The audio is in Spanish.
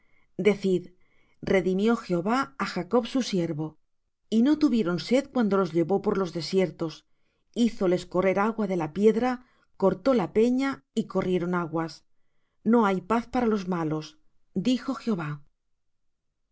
de la tierra decid redimió jehová á jacob su siervo y no tuvieron sed cuando los llevó por los desiertos hízoles correr agua de la piedra cortó la peña y corrieron aguas no hay paz para los malos dijo jehová